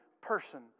person